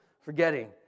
forgetting